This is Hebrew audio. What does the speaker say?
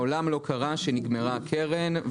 מעולם לא קרה שנגמרה הקרן.